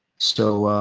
so,